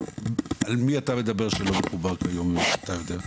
על מי אתה מדבר שלא מחובר כיום לפי מה שאתה יודע,